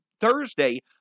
Thursday